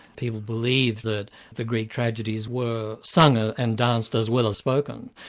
people believe that the greek tragedies were sung ah and danced as well as spoken,